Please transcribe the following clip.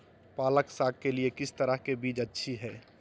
पालक साग के लिए किस तरह के बीज अच्छी है?